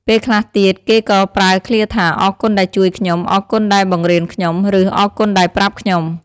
ពេលខ្លះទៀត គេក៏ប្រើឃ្លាថា អរគុណដែលជួយខ្ញុំ អរគុណដែលបង្រៀនខ្ញុំ ឬ អរគុណដែលប្រាប់ខ្ញុំ។